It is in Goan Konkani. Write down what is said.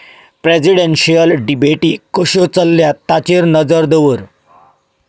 प्रॅझिडॅन्शियल डिबेटी कश्यो चल्ल्यात ताजेर नदर दवर